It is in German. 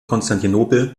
konstantinopel